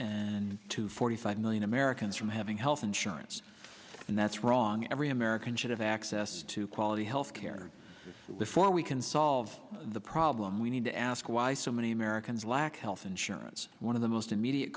and to forty five million americans from having health insurance and that's wrong every american should have access to quality health care for we can solve the problem we need to ask why so many americans lack health insurance one of the most immediate